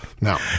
Now